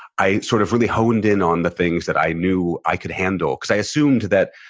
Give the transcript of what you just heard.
i sort of really honed in on the things that i knew i could handle, because i assumed that,